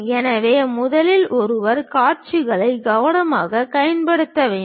எனவே முதலில் ஒருவர் காட்சிகளை கவனமாகக் காட்சிப்படுத்த வேண்டும்